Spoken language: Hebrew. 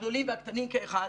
הגדולים והקטנים כאחד.